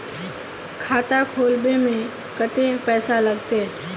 खाता खोलबे में कते पैसा लगते?